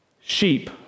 sheep